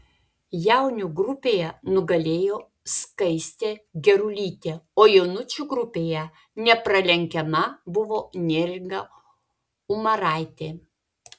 jaunių grupėje nugalėjo skaistė gerulytė o jaunučių grupėje nepralenkiama buvo neringa umaraitė